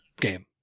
game